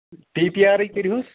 P P آرٕے کٔرۍہُس